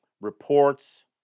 reports